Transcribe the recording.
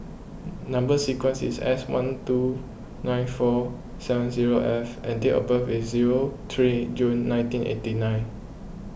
Number Sequence is S one two nine four seven zero F and date of birth is zero three June nineteen eighty nine